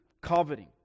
coveting